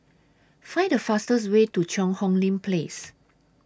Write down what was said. Find The fastest Way to Cheang Hong Lim Place